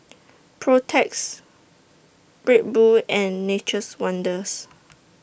Protex Red Bull and Nature's Wonders